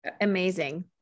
Amazing